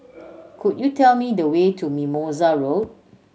could you tell me the way to Mimosa Road